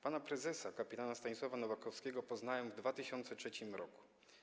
Pana prezesa, kpt. Stanisława Nowakowskiego poznałem w 2003 r.